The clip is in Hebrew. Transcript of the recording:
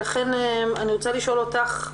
אני רוצה לשאול אותך,